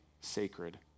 sacred